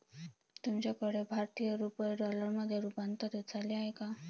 तुमच्याकडे भारतीय रुपये डॉलरमध्ये रूपांतरित झाले आहेत का?